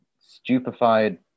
stupefied